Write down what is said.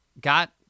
got